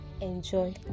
enjoy